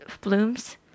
blooms